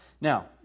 Now